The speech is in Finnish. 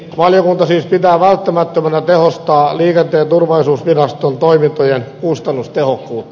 valiokunta siis pitää välttämättömänä tehostaa liikenteen turvallisuusviraston toimintojen kustannustehokkuutta